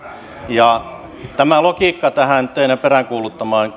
ja tämä logiikka tähän teidän peräänkuuluttamaanne